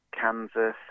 kansas